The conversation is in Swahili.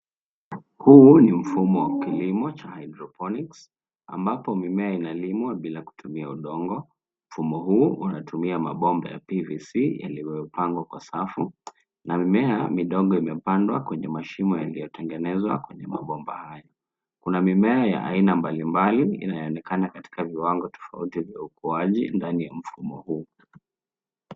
Huu ni mfumo wa kilimo cha (cs)hydroponics(cs), ambapo mimea inalimwa bila kutumia udongo. Mfumo huu unatumia mabomba ya (cs)PVC(cs) yaliyopangwa kwa safu na mimea midogo imepandwa kwenye mashimo yaliyotengenezwa kwenye mabomba hayo. Kuna mimea ya aina mbalimbali, inayoonekana katika viwango tofauti vya ukuaji ndani mfumo huu.